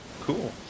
cool